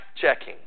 checking